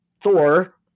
Thor